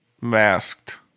masked